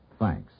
Thanks